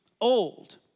old